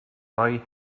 roi